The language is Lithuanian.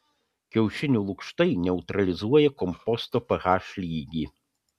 kiaušinių lukštai neutralizuoja komposto ph lygį